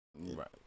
Right